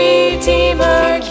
Redeemer